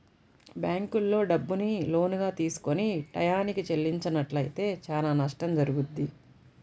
బ్యేంకుల్లో డబ్బుని లోనుగా తీసుకొని టైయ్యానికి చెల్లించనట్లయితే చానా నష్టం జరుగుద్ది